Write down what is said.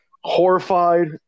horrified